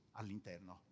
all'interno